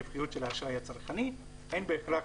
צריך לדעת בחשבון שהנתונים לא מעודכנים,